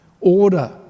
order